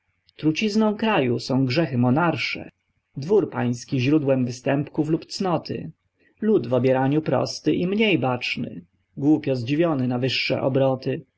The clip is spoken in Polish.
trucizną kraju są grzechy monarsze dwór pański źródłem występków lub cnoty lud w obieraniu prosty i mniej baczny głupio zdziwiony na wyższe obroty